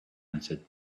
answered